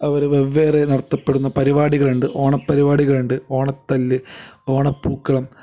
അവർ വെവ്വേറെ നടത്തപ്പെടുന്ന പരിപാടികളുണ്ട് ഓണപ്പരിപാടികളുണ്ട് ഓണത്തല്ല് ഓണപ്പൂക്കളം